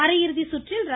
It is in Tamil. அரையிறுதி சுற்றில் ர